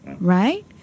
right